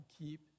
keep